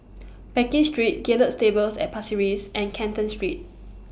Pekin Street Gallop Stables At Pasir Ris and Canton Street